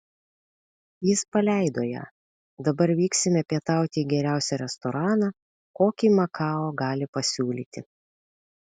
jis paleido ją dabar vyksime pietauti į geriausią restoraną kokį makao gali pasiūlyti